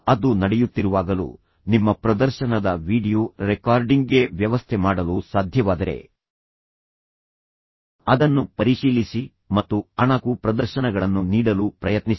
ಅದು ನಡೆಯುತ್ತಿರುವಾಗಲೂ ನಿಮ್ಮ ಪ್ರದರ್ಶನದ ವೀಡಿಯೊ ರೆಕಾರ್ಡಿಂಗ್ಗೆ ವ್ಯವಸ್ಥೆ ಮಾಡಲು ಸಾಧ್ಯವಾದರೆ ಅದನ್ನು ಪರಿಶೀಲಿಸಿ ಮತ್ತು ಅಣಕು ಪ್ರದರ್ಶನಗಳನ್ನು ನೀಡಲು ಪ್ರಯತ್ನಿಸಿ